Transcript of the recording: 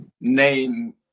name